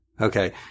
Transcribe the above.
Okay